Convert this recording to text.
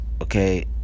okay